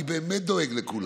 אני באמת דואג לכולם.